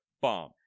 bomb